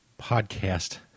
podcast